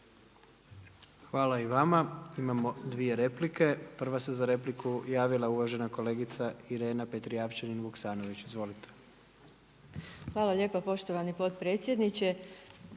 Hvala i vama. Imamo dvije replike. Prva se za repliku javila uvažena kolegica Irena Petrijevčanin-Vuksanović. Izvolite. **Petrijevčanin Vuksanović,